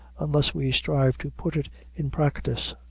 unless we strive to put it in practice.